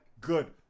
Good